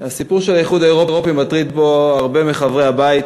הסיפור של האיחוד האירופי מטריד פה הרבה מחברי הבית,